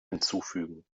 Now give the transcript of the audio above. hinzufügen